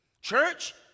Church